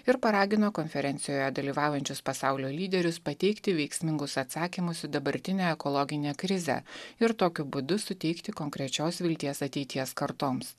ir paragino konferencijoje dalyvaujančius pasaulio lyderius pateikti veiksmingus atsakymus į dabartinę ekologinę krizę ir tokiu būdu suteikti konkrečios vilties ateities kartoms